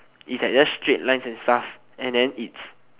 is like just straight lines and stuff and then it's